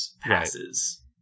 passes